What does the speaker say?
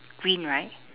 green right